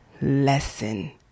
lesson